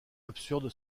absurde